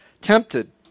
tempted